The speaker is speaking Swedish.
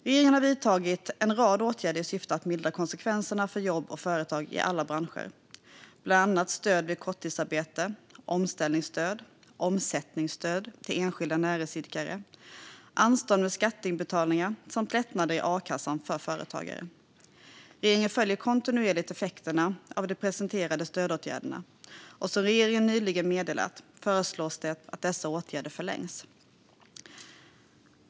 Regeringen har vidtagit en rad åtgärder i syfte att mildra konsekvenserna för jobb och företag i alla branscher, bland annat stöd vid korttidsarbete, omställningsstöd, omsättningsstöd till enskilda näringsidkare, anstånd med skatteinbetalningar och lättnader i a-kassan för företagare. Regeringen följer kontinuerligt effekterna av de presenterade stödåtgärderna, och som regeringen nyligen meddelat föreslås att dessa åtgärder förlängs.